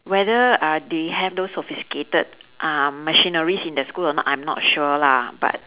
whether uh they have those sophisticated uh machineries in the school or not I'm not sure lah but